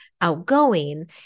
outgoing